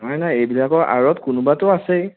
নাই নাই এইবিলাকৰ আঁৰত কোনোবাতো আছেই